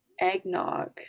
Eggnog